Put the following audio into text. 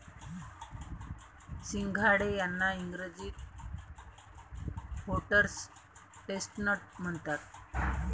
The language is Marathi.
सिंघाडे यांना इंग्रजीत व्होटर्स चेस्टनट म्हणतात